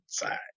inside